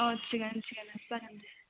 अ थिगानो थिगानो जागोन दे